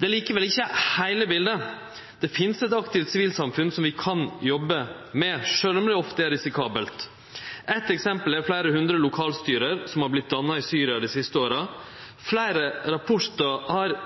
Det er likevel ikkje heile biletet. Det finst eit aktivt sivilsamfunn som vi kan jobbe med, sjølv om det ofte er risikabelt. Eit eksempel er fleire hundre lokalstyre som har vorte danna i Syria dei siste åra. Fleire rapportar har